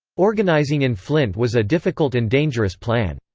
organizing in flint was a difficult and dangerous plan.